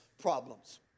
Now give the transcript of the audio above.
problems